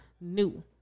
new